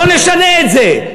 לא נשנה את זה.